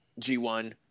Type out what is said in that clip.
G1